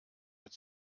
mit